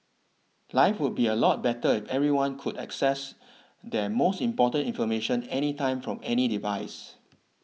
life would be a lot better if everyone could access their most important information anytime from any device